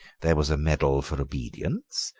there was a medal for obedience,